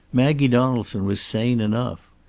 maggie donaldson was sane enough.